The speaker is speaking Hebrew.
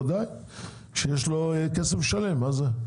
בוודאי שיש לו כסף לשלם מה זה,